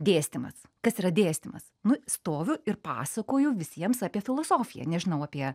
dėstymas kas yra dėstymas nu stoviu ir pasakoju visiems apie filosofiją nežinau apie